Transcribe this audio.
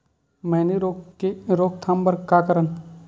मैनी रोग के रोक थाम बर का करन?